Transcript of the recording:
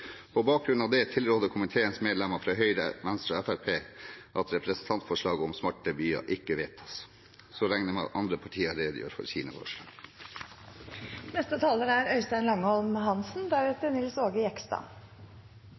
På bakgrunn av det tilrår komiteens medlemmer fra Høyre, Venstre og Fremskrittspartiet at representantforslaget om smarte byer ikke vedtas. Jeg regner med at andre partier redegjør for sine forslag. Smarte byer er